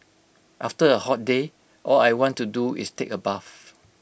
after A hot day all I want to do is take A bath